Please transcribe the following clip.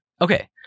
okay